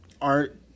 art